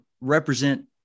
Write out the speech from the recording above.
represent